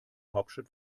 hauptstadt